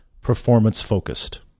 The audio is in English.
performance-focused